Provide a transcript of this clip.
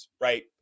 right